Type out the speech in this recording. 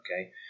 Okay